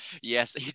yes